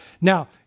Now